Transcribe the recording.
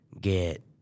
get